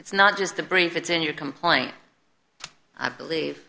it's not just the brief it's in your complaint i believe